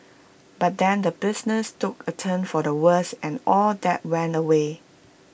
but then the business took A turn for the worse and all that went away